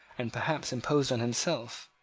and perhaps imposed on himself.